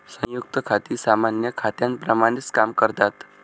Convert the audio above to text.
संयुक्त खाती सामान्य खात्यांप्रमाणेच काम करतात